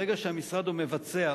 ברגע שהמשרד הוא מבצע,